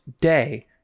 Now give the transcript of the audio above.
day